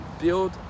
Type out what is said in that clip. build